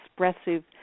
expressive